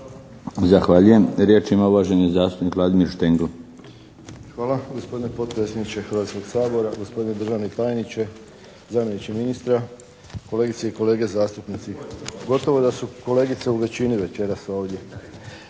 Zahvaljujem. Riječ ima uvaženi zastupnik Vladimir Štengl. **Štengl, Vladimir (HDZ)** Hvala gospodine potpredsjedniče Hrvatskog sabora. Gospodine državni tajniče, zamjeniče ministra, kolegice i kolege zastupnici. Gotovo da su kolegice u većini večeras ovdje.